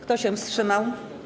Kto się wstrzymał?